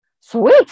sweet